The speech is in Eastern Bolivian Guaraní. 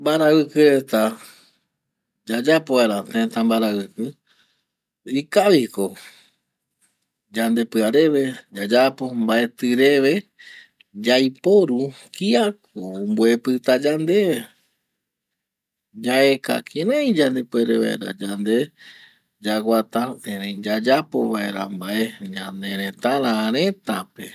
Mbaravɨkɨ reta yayapo vaera tëta mbaravɨkɨ ikaviko yandepɨareve yayapo mbaetɨ reve yaiporu kiako omboepta yande, yaeka kirai yande puere vaera yande yaguata erei yayatapo vaera mbae ñanëre rëtara